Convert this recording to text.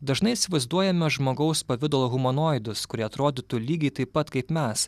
dažnai įsivaizduojame žmogaus pavidalo humanoidus kurie atrodytų lygiai taip pat kaip mes